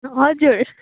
हजुर